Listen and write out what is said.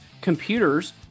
computers